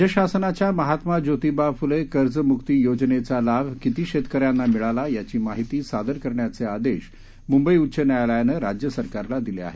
राज्यशासनाच्या महात्मा ज्योतिबा फुले कर्जमुक्तीयोजनेचा लाभ किती शेतकऱ्यांना मिळाला यांची माहिती सादर करण्याचे आदेश मुंबई उच्च न्यायालयानं राज्यसरकारला दिले आहेत